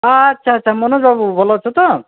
ହଁ ଆଚ୍ଛା ଆଚ୍ଛା ମନୋଜ ବାବୁ ଭଲ ଅଛ ତ